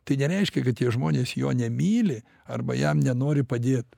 tai nereiškia kad tie žmonės jo nemyli arba jam nenori padėt